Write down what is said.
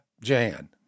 Jan